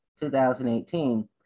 2018